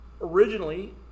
originally